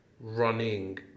running